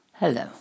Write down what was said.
Hello